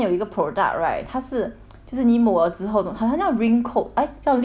就是你魔之后懂好像 ring coat eh 叫 lip coat 之类的东西还是什么东西的